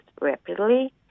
rapidly